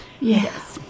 Yes